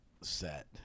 set